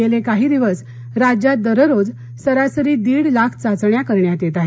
गेले काही दिवस राज्यात दररोज सरासरी दीड लाख चाचण्या करण्यात येत आहेत